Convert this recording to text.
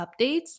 updates